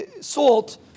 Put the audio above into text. salt